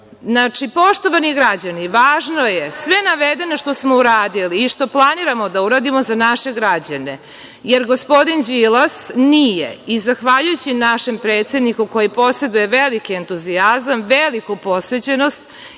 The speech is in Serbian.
pitanje. Poštovani građani, važno je sve navedeno što smo uradili i što planiramo da uradimo za naše građane, jer gospodin Đilas nije, i zahvaljujući našem predsedniku koji poseduje veliki entuzijazam, veliku posvećenost,